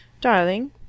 Darling